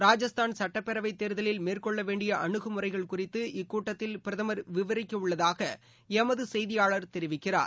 ராஜஸ்தான் சட்டப்பேரவைத் தேர்தலில் மேற்கொள்ள வேண்டிய அனுகுமுறைகள் குறித்து இக்கூட்டத்தில ் பிரதமர் விவரிக்க உள்ளதாக எமது செய்தியாளர் தெரிவிக்கிறார்